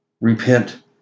Repent